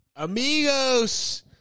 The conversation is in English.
Amigos